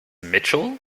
mitchell